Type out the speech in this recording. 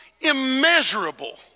Immeasurable